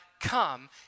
Come